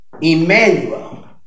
Emmanuel